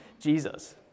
Jesus